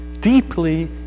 deeply